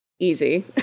easy